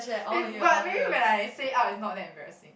eh but really when I say out is not that embarrassing